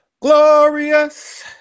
Glorious